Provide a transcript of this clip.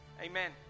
amen